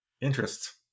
interests